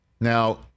Now